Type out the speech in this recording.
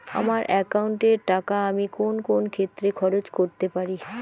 আমার একাউন্ট এর টাকা আমি কোন কোন ক্ষেত্রে খরচ করতে পারি?